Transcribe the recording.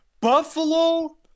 Buffalo